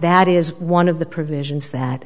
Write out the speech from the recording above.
that is one of the provisions that